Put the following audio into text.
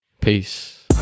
Peace